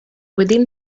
within